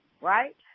right